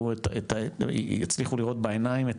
יצליחו לראות בעיניים,